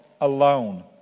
alone